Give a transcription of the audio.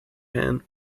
pan